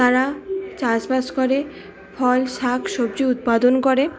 তারা চাষবাস করে ফল শাকসবজি উৎপাদন করে